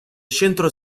centro